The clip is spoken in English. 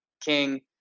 king